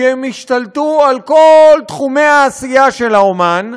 כי השתלטו על כל תחומי העשייה של האמן,